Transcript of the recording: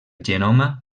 genoma